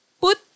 put